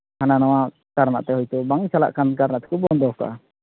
ᱦᱟᱱᱟ ᱱᱟᱣᱟ ᱠᱟᱨᱚᱱᱟᱜ ᱛᱮ ᱦᱳᱭᱛᱳ ᱵᱟᱝ ᱪᱟᱞᱟᱜ ᱠᱟᱱᱟ ᱚᱱᱟ ᱛᱮᱠᱚ ᱵᱚᱱᱫᱚ ᱟᱠᱟᱫᱟ